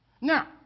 Now